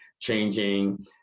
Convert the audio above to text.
changing